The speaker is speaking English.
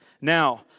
Now